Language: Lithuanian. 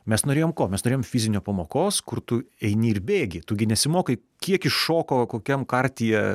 mes norėjom ko mes norėjom fizinio pamokos kur tu eini ir bėgi tu gi nesimokai kiek iššoko kokiam kartyje